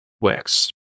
works